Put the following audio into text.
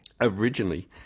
Originally